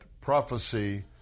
prophecy